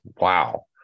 Wow